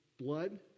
blood